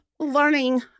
Learning